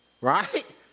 Right